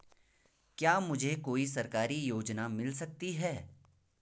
क्या मुझे कोई सरकारी योजना मिल सकती है?